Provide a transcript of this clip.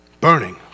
burning